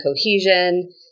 cohesion